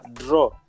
draw